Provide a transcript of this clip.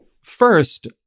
First